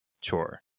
chore